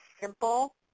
simple